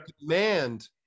Demand